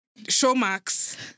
Showmax